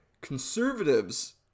conservatives